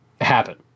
happen